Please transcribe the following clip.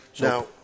Now